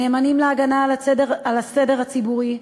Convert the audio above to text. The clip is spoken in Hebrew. נאמנים להגנה על הסדר הציבורי,